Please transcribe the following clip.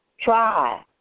try